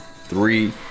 Three